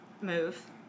move